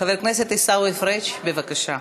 חבר הכנסת עיסאווי פריג', בבקשה.